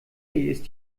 ist